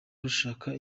rushaka